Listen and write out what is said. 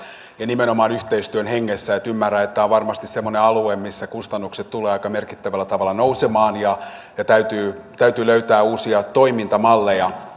ja nimenomaan yhteistyön hengessä ymmärrän että tämä on varmasti semmoinen alue missä kustannukset tulevat aika merkittävällä tavalla nousemaan ja ja täytyy täytyy löytää uusia toimintamalleja